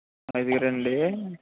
ఐదుగురా అండి